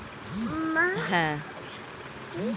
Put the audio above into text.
weed control করতে হলে অনেক রকমের সার ক্ষেতে ছড়াতে হয়